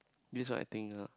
this what I think lah